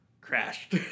crashed